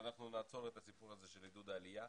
נעצור את הסיפור הזה של עידוד עלייה.